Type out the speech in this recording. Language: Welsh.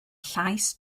llais